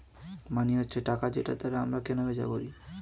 মানি হচ্ছে টাকা যেটার দ্বারা আমরা কেনা বেচা করি